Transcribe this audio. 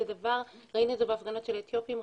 ראינו את זה בהפגנות של האתיופים,